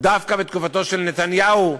דווקא בתקופתו של נתניהו,